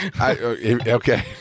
Okay